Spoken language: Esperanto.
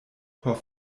por